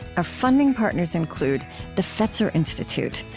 our funding partners include the fetzer institute,